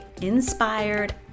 inspired